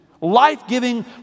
life-giving